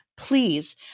Please